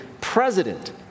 president